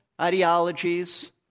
ideologies